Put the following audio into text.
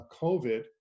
COVID